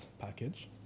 package